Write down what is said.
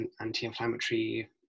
anti-inflammatory